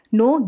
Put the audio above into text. no